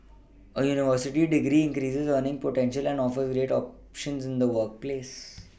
a university degree increases earning potential and offers greater options in the workplace